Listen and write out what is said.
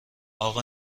اقا